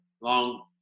long